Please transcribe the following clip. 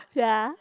ya